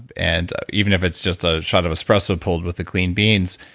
and even if it's just a shot of espresso pulled with the clean beans,